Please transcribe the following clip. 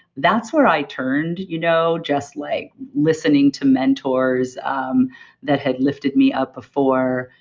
that's where i turned you know just like listening to mentors um that had lifted me up before,